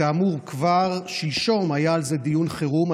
כאמור, כבר שלשום היה על זה דיון חירום.